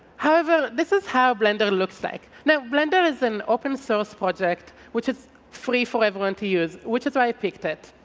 however, this is how blender looks like. now, blender is an open source project which is free for everyone to use, which is why i picked it,